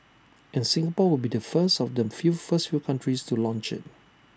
and Singapore will be first of the first few countries to launch IT